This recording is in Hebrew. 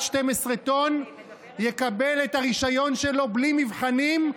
12 טון יקבל את הרישיון שלו בלי מבחנים,